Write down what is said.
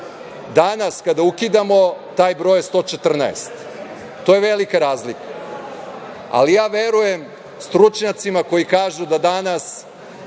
Danas, kada ukidamo, taj broj je 114. To je velika razlika. Ja verujem stručnjacima koji kažu da je danas